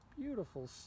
beautiful